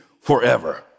forever